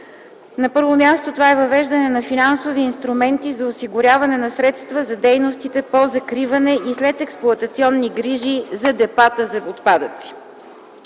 На първо място, това е въвеждане на финансови инструменти за осигуряване на средства за дейностите по закриване и следексплоатационни грижи за депата за отпадъци.